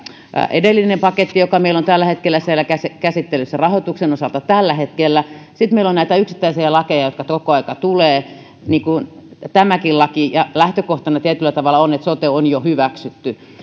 edellinen paketti joka meillä on tällä hetkellä siellä käsittelyssä rahoituksen osalta sitten meillä on näitä yksittäisiä lakeja joita koko ajan tulee niin kuin tämäkin laki ja niin kuin tuo asiakasmaksulaki ja lähtökohtana tietyllä tavalla on että sote on jo hyväksytty